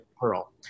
Pearl